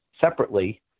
separately